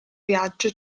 viaggio